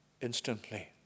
instantly